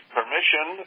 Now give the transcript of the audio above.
permission